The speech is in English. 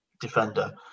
defender